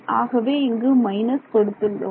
ஆகவே இங்கு மைனஸ் கொடுத்துள்ளோம்